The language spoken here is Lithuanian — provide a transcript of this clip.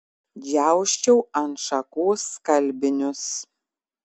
džiausčiau ant šakų skalbinius